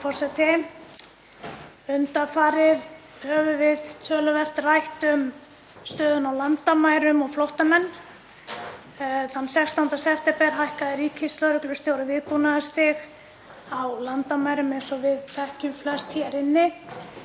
Undanfarið höfum við töluvert rætt um stöðuna á landamærum og flóttamenn. Þann 16. september hækkaði ríkislögreglustjóri viðbúnaðarstig á landamærum eins og við þekkjum flest hér inni.